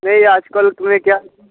नहीं आजकल टुए क्या